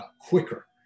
quicker